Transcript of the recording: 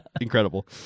incredible